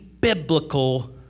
biblical